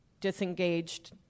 disengaged